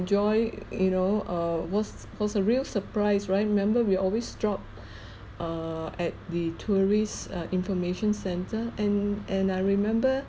enjoy you know uh was was a real surprise right remember we'll always drop err at the tourist information uh centre and and I remember